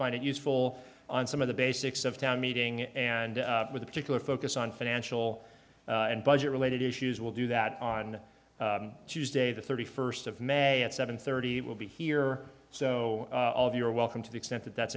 find it useful on some of the basics of town meeting and with a particular focus on financial and budget related issues will do that on tuesday the thirty first of may at seven thirty will be here so all of you are welcome to the extent that that's